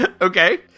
okay